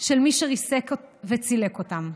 של מי שריסק וצילק אותם.